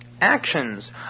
actions